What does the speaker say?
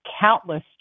countless